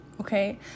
okay